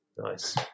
Nice